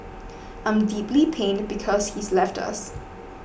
I'm deeply pained because he's left us